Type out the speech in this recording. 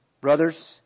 Brothers